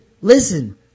listen